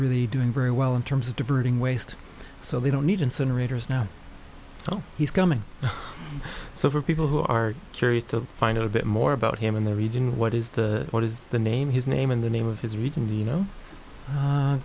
really doing very well in terms of diverting waste so they don't need incinerators now so he's coming so for people who are curious to find out a bit more about him in the region what is the what is the name his name in the name of his region and you know